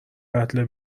قتل